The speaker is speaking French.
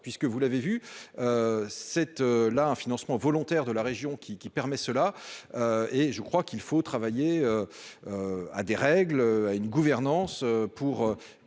puisque vous l'avez vu. Cette là un financement volontaire de la région qui qui permet cela. Et je crois qu'il faut travailler. À des règles à une gouvernance